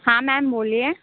हाँ मैम बोलिए